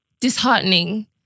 disheartening